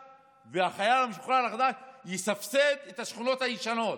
החייל המשוחרר החדש יסבסד את השכונות הישנות.